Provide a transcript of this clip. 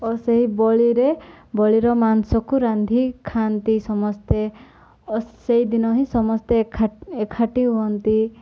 ଓ ସେହି ବଳିରେ ବଳିର ମାଂସକୁ ରାନ୍ଧି ଖାଆନ୍ତି ସମସ୍ତେ ଓ ସେଇଦିନ ହିଁ ସମସ୍ତେ ଏକାଠି ହୁଅନ୍ତି